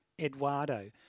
Eduardo